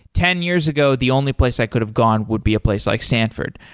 ten years ago the only place i could have gone would be a place like stanford.